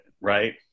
right